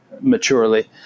maturely